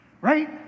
Right